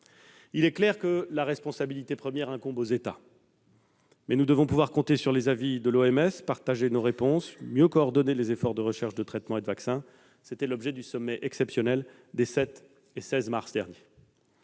Il est clair que la responsabilité première incombe aux États, mais nous devons pouvoir compter sur les avis de l'OMS, partager nos réponses, mieux coordonner les efforts de recherche de traitements et de vaccins. C'était l'objet du sommet exceptionnel des 7 et 16 mars derniers.